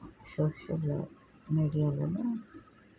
social మీడియాలల్లో